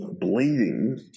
Bleeding